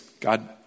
God